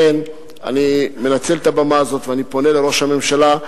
לכן אני מנצל את הבמה הזאת ואני פונה לראש הממשלה,